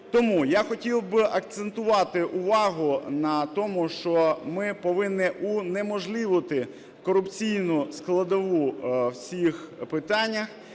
Тому я хотів би акцентувати увагу на тому, що ми повинні унеможливити корупційну складову в цих питаннях